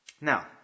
Now